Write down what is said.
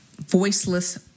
voiceless